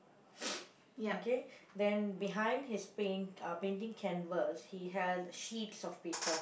okay then behind his paint uh painting canvas he has sheets of paper